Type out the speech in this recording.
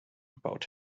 about